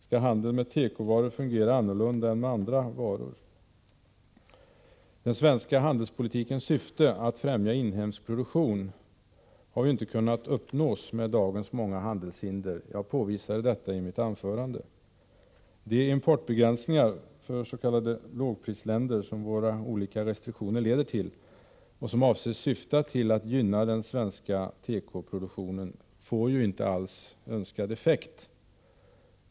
Skall handeln med tekovaror fungera annorlunda än handeln med andra varor? Den svenska handelspolitikens syfte att främja inhemsk produktion har inte kunnat uppnås med dagens många handelshinder. Jag påvisade detta i mitt anförande. De importbegränsningar för s.k. lågprisländer som våra olika restriktioner leder till och som syftar till att gynna den svenska tekoproduktionen får inte alls önskad effekt.